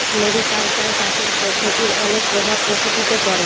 mariculture চাষের পদ্ধতির অনেক প্রভাব প্রকৃতিতে পড়ে